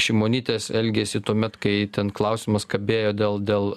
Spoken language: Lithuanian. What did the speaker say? šimonytės elgesį tuomet kai ten klausimas kabėjo dėl dėl